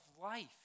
life